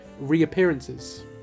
reappearances